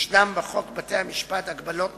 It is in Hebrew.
יש בחוק בתי-המשפט הגבלות נוספות: